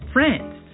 France